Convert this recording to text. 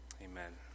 Amen